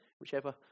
whichever